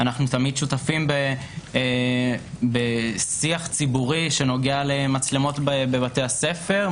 אנו תמיד שותפים בשיח ציבורי שנוגע למצלמות בבתי הספר,